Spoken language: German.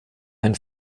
ein